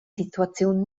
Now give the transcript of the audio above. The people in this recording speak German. situation